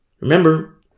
Remember